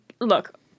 look